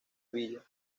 villa